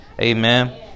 Amen